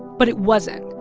but it wasn't.